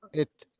it.